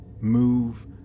move